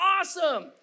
awesome